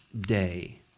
day